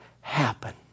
happen